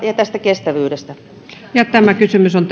ja myös tästä kestävyydestä on